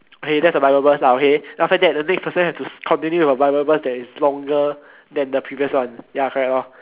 okay that's the bible verse lah okay then after that the next person have to continue the bible verse that is longer than the previous one ya correct lor